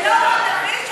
אליהו הנביא,